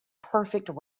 perfect